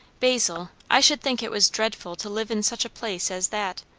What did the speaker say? basil, i should think it was dreadful to live in such a place as that.